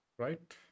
Right